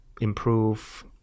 improve